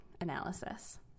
analysis